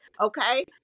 Okay